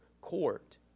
court